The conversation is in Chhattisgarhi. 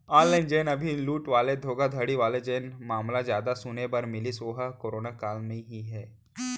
ऑनलाइन जेन अभी लूट वाले धोखाघड़ी वाले जेन मामला जादा सुने बर मिलिस ओहा करोना काल म ही हे